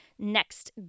next